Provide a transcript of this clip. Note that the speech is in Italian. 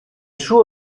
suo